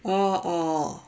orh orh